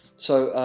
so,